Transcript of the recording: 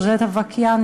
ג'ורג'ט אווקיאן,